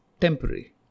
temporary